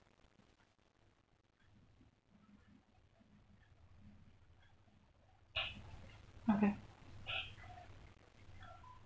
okay